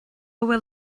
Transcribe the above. bhfuil